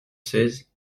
seize